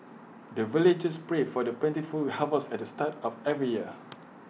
the villagers pray for the plentiful harvest at the start of every year